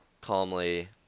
calmly